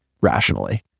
rationally